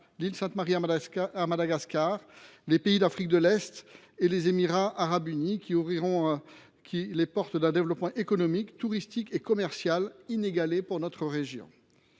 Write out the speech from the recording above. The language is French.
l’île Sainte Marie, à Madagascar, les pays d’Afrique de l’Est et les Émirats arabes unis, qui ouvriront les portes d’un développement économique, touristique et commercial inégalé pour notre région.